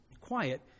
quiet